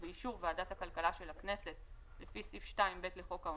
ובאישור ועדת הכלכלה של הכנסת לפי סעיף 2(ב) לחוק העונשין,